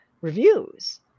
reviews